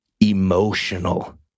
emotional